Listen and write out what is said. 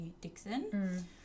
Dixon